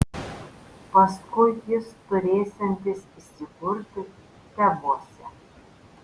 paskui jis turėsiantis įsikurti tebuose